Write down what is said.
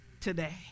today